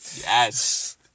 Yes